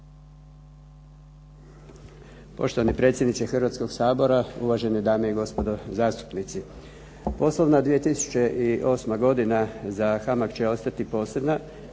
Hrvatskoga sabora,